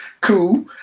cool